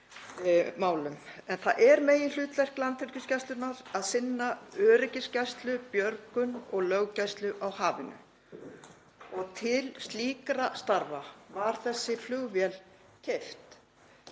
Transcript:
Það er meginhlutverk Landhelgisgæslunnar að sinna öryggisgæslu, björgun og löggæslu á hafinu og til slíkra starfa var þessi flugvél keypt.